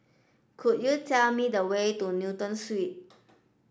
could you tell me the way to Newton Suites